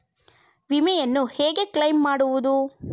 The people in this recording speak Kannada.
ವಿಮೆಯನ್ನು ಹೇಗೆ ಕ್ಲೈಮ್ ಮಾಡುವುದು?